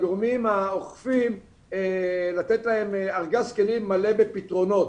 לגורמים האוכפים לתת להם ארגז כלים מלא בפתרונות.